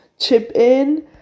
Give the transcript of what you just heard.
Chip-In